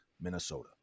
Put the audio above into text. Minnesota